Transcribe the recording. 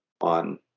on